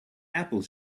apple